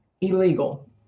illegal